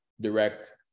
direct